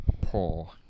poor